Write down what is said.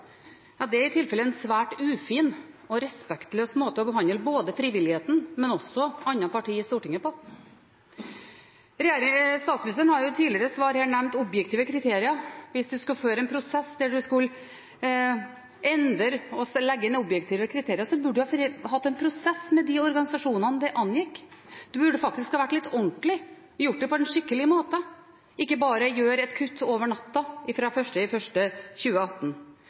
Det er i tilfellet en svært ufin og respektløs måte å behandle både frivilligheten og også andre partier i Stortinget på. Statsministeren har i tidligere svar her nevnt objektive kriterier. Hvis man skal føre en prosess der man skal endre og så legge inn objektive kriterier, burde man hatt en prosess med de organisasjonene det angikk. Man burde faktisk ha vært litt ordentlig, gjort det på en skikkelig måte, ikke bare gjøre et kutt over natta fra 1. januar 2018.